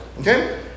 okay